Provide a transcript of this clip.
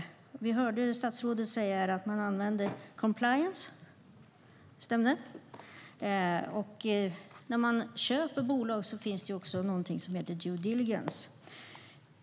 Vi hörde statsrådet här säga att man använder compliance. När man köper bolag finns det också någonting som heter due diligence.